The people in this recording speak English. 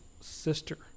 Sister